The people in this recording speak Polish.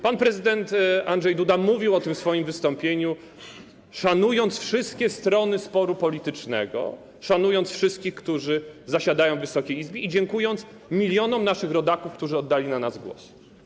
Pan prezydent Andrzej Duda mówił o tym w swoim wystąpieniu, szanując wszystkie strony sporu politycznego, szanując wszystkich, którzy zasiadają w Wysokiej Izbie, i dziękując milionom naszych rodaków, którzy oddali na nas głos.